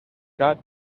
got